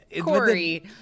Corey